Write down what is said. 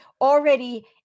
already